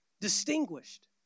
Distinguished